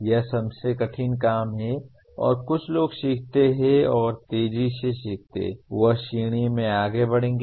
यह सबसे कठिन काम है और कुछ लोग सीखते हैं और जो तेजी से सीखते हैं वह सीढ़ी में आगे बढ़ेंगे